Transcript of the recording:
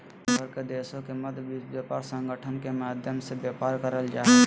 दुनिया भर के देशों के मध्य विश्व व्यापार संगठन के माध्यम से व्यापार करल जा हइ